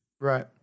Right